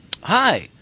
Hi